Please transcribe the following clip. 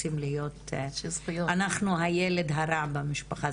רוצים להיות שווי זכויות ו"אנחנו הילד הרע במשפחה",